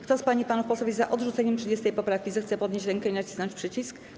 Kto z pań i panów posłów jest za odrzuceniem 30. poprawki, zechce podnieść rękę i nacisnąć przycisk.